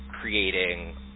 creating